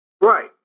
Right